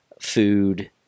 food